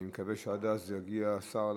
אני מקווה שעד אז יגיע השר לענות.